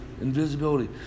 invisibility